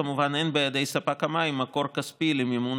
כמובן אין בידי ספק המים מקור כספי למימון